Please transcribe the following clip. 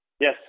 Yes